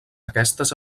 aquestes